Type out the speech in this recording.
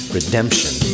redemption